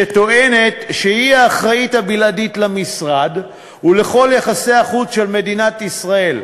שטוענת שהיא האחראית הבלעדית למשרד ולכל יחסי החוץ של מדינת ישראל.